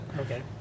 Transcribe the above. Okay